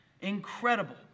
Incredible